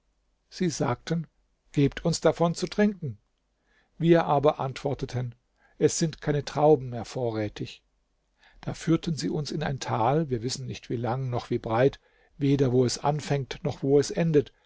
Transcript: sie sagten gebt uns davon zu trinken wir aber antworteten es sind keine trauben mehr vorrätig da führten sie uns in ein tal wir wissen nicht wie lang noch wie breit weder wo es anfängt noch wo es endet